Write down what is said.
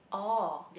oh